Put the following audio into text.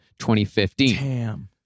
2015